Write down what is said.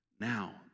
now